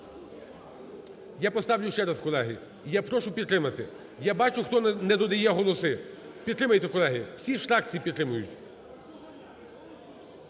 Я поставлю ще раз, колеги, і я прошу підтримати. Я бачу, хто недодає голоси. Підтримайте, колеги. Всі ж фракції підтримують.